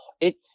It